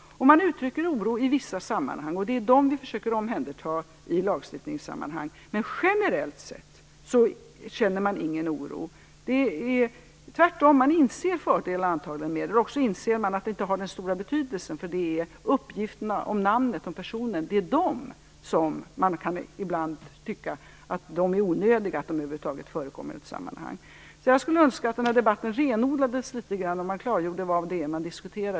Man uttrycker oro i vissa sammanhang, och det försöker vi ta hand om i lagstiftningen. Men generellt känner man ingen oro. Tvärtom inser man fördelarna, eller också inser man att numret inte har den stora betydelsen. Men man kan ibland tycka att det är onödigt att själva uppgifterna om personen skall behöva förekomma över huvud taget. Jag skulle önska att debatten renodlades litet grand och att man klargjorde vad det är man diskuterar.